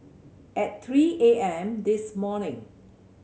at three A M this morning